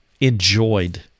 enjoyed